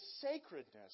sacredness